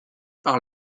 par